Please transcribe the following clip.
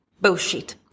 Bullshit